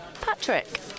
Patrick